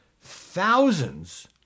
Thousands